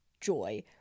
joy